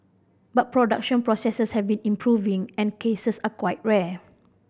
but production processes have been improving and cases are quite rare